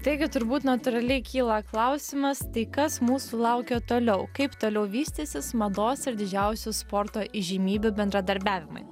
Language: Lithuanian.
taigi turbūt natūraliai kyla klausimas tai kas mūsų laukia toliau kaip toliau vystysis mados ir didžiausių sporto įžymybių bendradarbiavimai